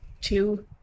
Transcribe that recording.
two